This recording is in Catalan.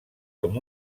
com